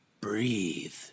breathe